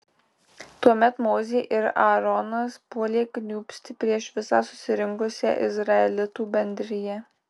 tuomet mozė ir aaronas puolė kniūbsti prieš visą susirinkusią izraelitų bendriją